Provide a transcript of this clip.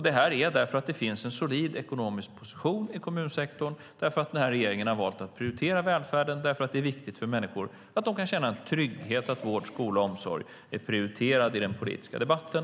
Det är för att det finns en solid ekonomisk position i kommunsektorn, därför att regeringen har valt att prioritera välfärden eftersom det är viktigt för människor att de kan känna trygghet i att vård, skola och omsorg är prioriterad i den politiska debatten.